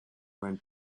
went